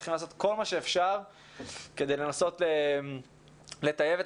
צריכים לעשות כל מה שאפשר כדי לנסות לטייב את